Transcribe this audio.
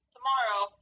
Tomorrow